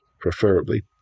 preferably